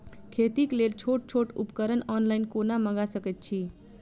खेतीक लेल छोट छोट उपकरण ऑनलाइन कोना मंगा सकैत छी?